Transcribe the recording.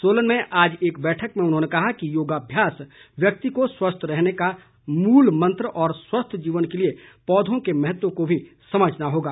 सोलन में आज एक बैठक में उन्होंने कहा कि योगाभ्यास व्यक्ति को स्वस्थ रखने का मूल मंत्र है और स्वस्थ जीवन के लिए पौधों के महत्व को भी समझना होगा